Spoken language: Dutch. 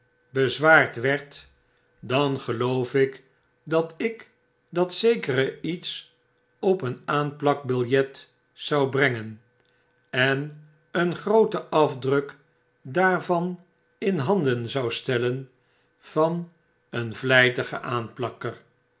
werd dan geloof ik dat ik dat zekere iets op een aanplakbilje't zou brengen en een grooten afdruk daarvan in handen zou stellen van een vlytigen aanplakker